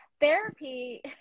Therapy